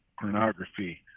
pornography